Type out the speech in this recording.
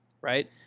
right